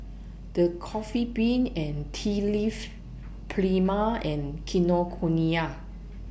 The Coffee Bean and Tea Leaf Prima and Kinokuniya